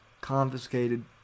confiscated